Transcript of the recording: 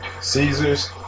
Caesars